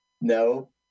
no